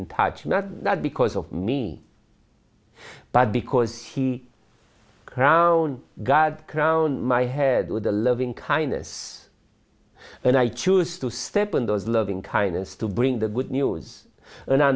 in touch not not because of me but because he crown god crowned my head with a loving kindness and i choose to step in those loving kindness to bring the good news